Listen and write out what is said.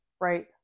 Right